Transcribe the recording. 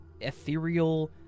ethereal